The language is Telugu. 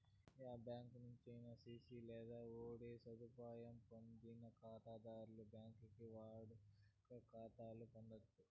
ఏ బ్యాంకి నుంచైనా సిసి లేదా ఓడీ సదుపాయం పొందని కాతాధర్లు బాంకీల్ల వాడుక కాతాలు పొందచ్చు